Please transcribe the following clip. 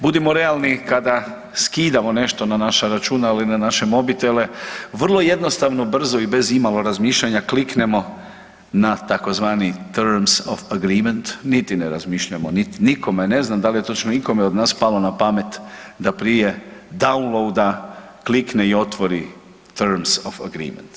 Budimo realni kada skidamo nešto na naša računala i na naše mobitele vrlo jednostavno, brzo i bez imalo razmišljanja kliknemo na tzv. turns off agreement niti ne razmišljamo nikome ja ne znam da li je točno ikome od nas palo na pamet da prije download klikne o otvori turns off agreement.